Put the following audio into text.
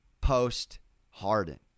post-Harden